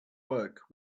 work